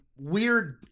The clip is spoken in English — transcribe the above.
weird